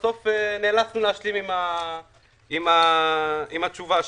בסוף נאלצנו להשלים עם התשובה שלהם.